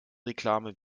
reklame